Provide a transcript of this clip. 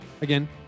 Again